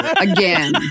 again